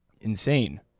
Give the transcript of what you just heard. Insane